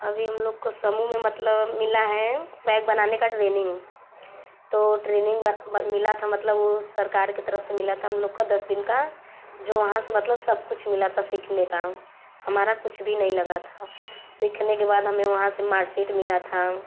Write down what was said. अभी हम लोग को समूह में मतलब मिला है बैग बनाने का ट्रेनिंग तो ट्रेनिंग मिला था मतलब वो सरकार की तरफ से मिला था हम लोग को दस दिन का जो वहाँ से मतलब सब कुछ मिला था सीखने का हमारा कुछ भी नहीं लगा था सीखने के बाद हमें वहाँ से मार्कशीट मिला था